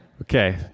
Okay